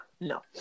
No